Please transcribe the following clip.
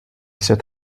set